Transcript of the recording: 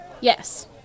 Yes